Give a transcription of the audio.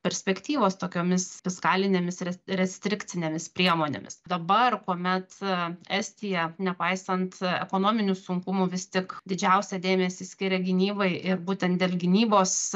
perspektyvos tokiomis fiskalinėmis res restrikcinėmis priemonėmis dabar kuomet estija nepaisant ekonominių sunkumų vis tik didžiausią dėmesį skiria gynybai ir būtent dėl gynybos